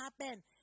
happen